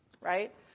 right